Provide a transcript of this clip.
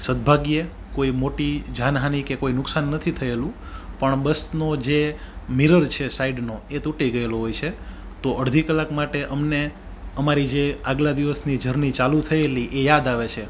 સદભાગ્યે કોઈ મોટી જાનહાનિ કે કોઈ નુકસાન નથી થયેલું પણ બસનો જે મિરર છે સાઈડનો એ તૂટી ગયેલો હોય છે તો અડધી કલાક માટે અમને અમારી જે આગલા દિવસની જર્ની ચાલુ થયેલી એ યાદ આવે છે